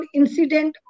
incident